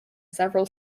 several